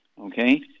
Okay